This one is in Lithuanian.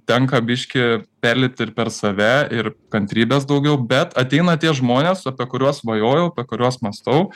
tenka biškį perlipt ir per save ir kantrybės daugiau bet ateina tie žmonės apie kuriuos svajojau apie kuriuos mąstau